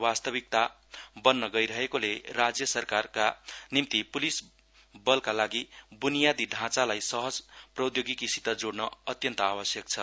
वास्तविकता बन्न गइरहेकोले राज्य सरकारका निम्ति पुलिस बलका लागि बुनियाँदी बुनियाँदी ढ़ाँचालाई सहज पौघोगिकीसित जोड़न अत्यन्त आवश्यक छ